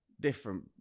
different